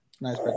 nice